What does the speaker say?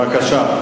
בבקשה.